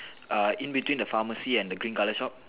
err in between the pharmacy and the green color shop